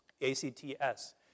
A-C-T-S